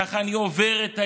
כך אני עובר את היום,